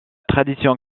tradition